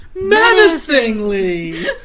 menacingly